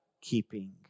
keeping